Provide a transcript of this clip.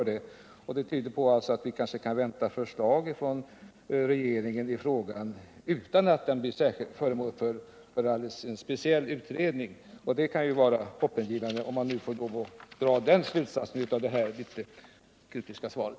Det tyder alltså på att vi kanske kan vänta förslag från regeringen i frågan utan att den blir föremål för en speciell utredning. Det är ju hoppingivande om man får dra den slutsatsen av svaret.